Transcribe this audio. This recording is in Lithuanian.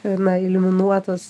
ir na įliuminuotos